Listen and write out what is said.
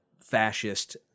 fascist